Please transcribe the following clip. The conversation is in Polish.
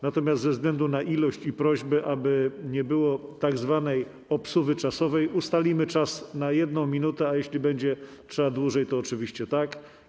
Natomiast ze względu na ilość i prośby, aby nie było tzw. obsuwy czasowej, ustalimy czas na 1 minutę, a jeśli będzie trzeba dłużej, to oczywiście tak.